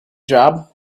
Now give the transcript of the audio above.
job